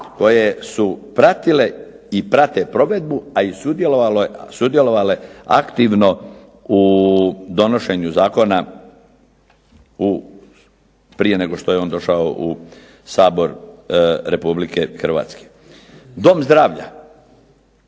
koje su pratile i prate provedbu, a i sudjelovale aktivno u donošenju zakona prije nego što je on došao u Sabor Republike Hrvatske. Dom zdravlja